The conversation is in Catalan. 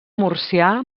murcià